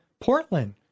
Portland